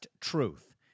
truth